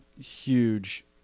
huge